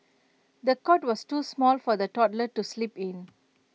the cot was too small for the toddler to sleep in